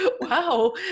wow